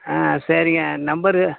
ஆ சரிங்க நம்பரு